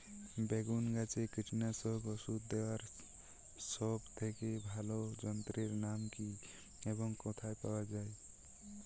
বেগুন গাছে কীটনাশক ওষুধ দেওয়ার সব থেকে ভালো যন্ত্রের নাম কি এবং কোথায় পাওয়া যায়?